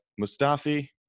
Mustafi